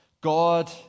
God